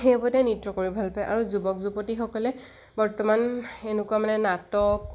সেই ওপৰতে নৃত্য কৰি ভাল পায় আৰু যুৱক যুৱতীসকলে বৰ্তমান এনেকুৱা মানে নাটক